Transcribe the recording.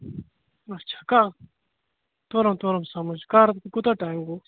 اچھا کیٛاہ توٚرُم توٚرُم سَمٕج کَر کوٗتاہ ٹایِم گوس